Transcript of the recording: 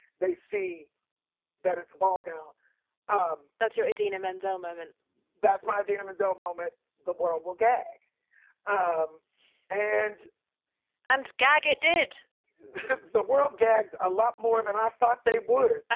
they see that it's a ball gown um that's your idina menzel moment that's my idina menzel moment. the world will gag um and and gag it did the world gagged a lot more than i thought they would. ah